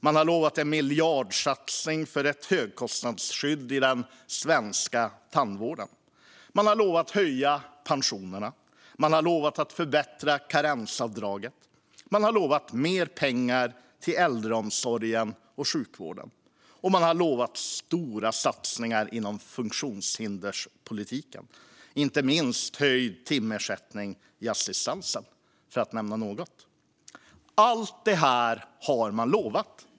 Man har lovat en miljardsatsning för ett högkostnadsskydd i den svenska tandvården. Man har lovat att höja pensionerna. Man har lovat att förbättra karensavdraget. Man har lovat mer pengar till äldreomsorgen och sjukvården. Man har lovat stora satsningar inom funktionshinderspolitiken, inte minst höjd timersättning i assistansen, för att nämna något. Allt detta har man lovat.